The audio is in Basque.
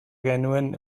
genuen